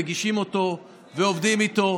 מגישים אותו ועובדים איתו.